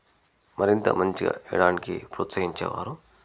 మరింత మంచిగా వేయడానికి ప్రోత్సహించేవారు